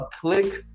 click